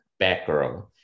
batgirl